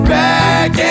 back